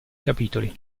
capitoli